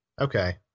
okay